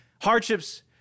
hardships